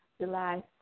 July